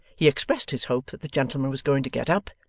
he expressed his hope that the gentleman was going to get up,